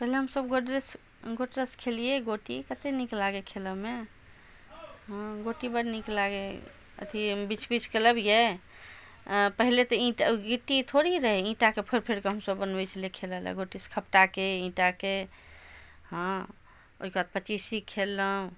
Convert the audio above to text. पहिले हमसब गोटरस गोटरस खेलियै गोटी कते नीक लागै खेलऽमे हँ गोटी बड़ नीक लागै अथी बिछ बिछ कऽ लबियै आओर पहिले तऽ ईट गिट्टी थोड़ी रहै ईटाके फोड़ि फोड़ि कऽ हमसब बनबै छलियै खेलै लऽ गोटरस खपटाके ईटा के हँ ओइके बाद पचीसी खेललहुँ